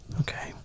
Okay